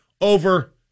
over